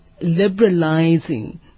liberalizing